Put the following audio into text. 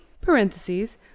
parentheses